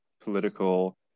political